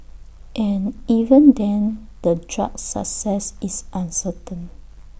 and even then the drug's success is uncertain